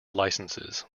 licences